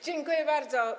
Dziękuję bardzo.